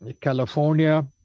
California